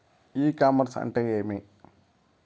ఇ commerce అంటే ఏమి?